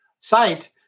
site